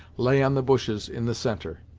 lay on the bushes in the centre.